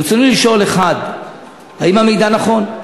רצוני לשאול: 1. האם המידע נכון?